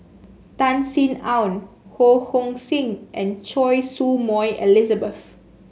Tan Sin Aun Ho Hong Sing and Choy Su Moi Elizabeth